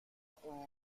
اون